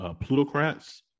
Plutocrats